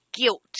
Guilt